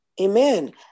amen